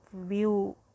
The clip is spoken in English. view